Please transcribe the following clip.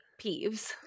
Peeves